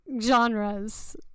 genres